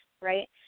right